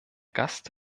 gast